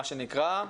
מה שנקרא,